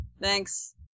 Thanks